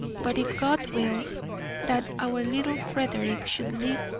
but if god wills that our little frederick should live,